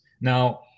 Now